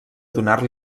donar